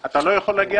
אני פה כדי לפרש אותו.